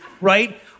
right